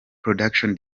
production